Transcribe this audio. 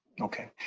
Okay